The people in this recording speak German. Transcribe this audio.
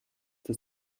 das